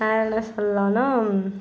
வேறு என்ன சொல்லலான்னா